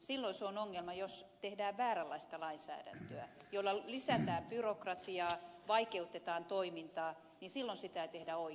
silloin se on ongelma jos tehdään vääränlaista lainsäädäntöä jolla lisätään byrokratiaa vaikeutetaan toimintaa silloin sitä ei tehdä oikein